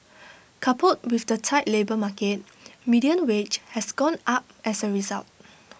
coupled with the tight labour market median wage has gone up as A result